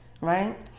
right